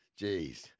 Jeez